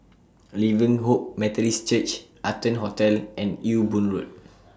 Living Hope Methodist Church Arton Hotel and Ewe Boon Road